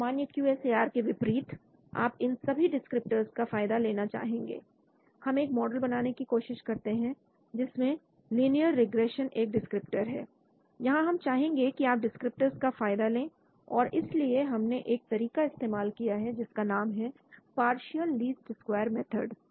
सामान्य Q S A R के विपरीत आप इन सभी डिस्क्रिप्टर्स का फायदा लेना चाहेंगे हम एक मॉडल बनाने की कोशिश करते हैं जिसमें लिनियर रिग्रेशन एक डिस्क्रिप्टर है यहां हम चाहेंगे कि आप डिस्क्रिप्टर्स का फायदा लें और इसीलिए हमने एक तरीका इस्तेमाल किया जिसका नाम है पार्शियल लीस्ट स्क्वायर मेथड